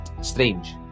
strange